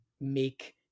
make